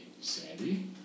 Sandy